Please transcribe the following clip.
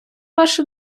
вашу